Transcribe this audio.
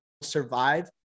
survive